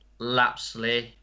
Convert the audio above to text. Lapsley